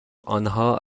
آنها